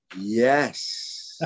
Yes